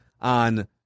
on